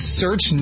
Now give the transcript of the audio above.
search